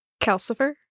Calcifer